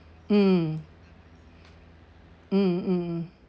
mm mm mm mm